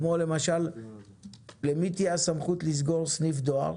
כמו למשל למי תהיה סמכות לסגור סניף דואר.